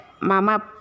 Mama